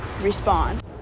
respond